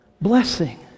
Blessing